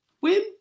win